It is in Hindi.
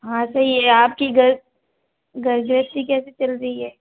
हाँ सही है आपकी घर घर गृहस्थी कैसी चल रही है